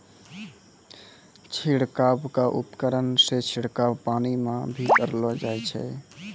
छिड़काव क उपकरण सें छिड़काव पानी म भी करलो जाय छै